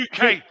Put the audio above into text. UK